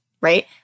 right